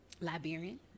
Liberian